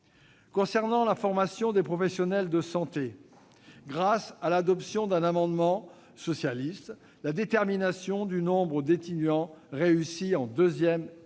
Concernant la formation des professionnels de santé, grâce à l'adoption d'un amendement socialiste, la détermination du nombre d'étudiants reçus en deuxième et troisième